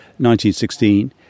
1916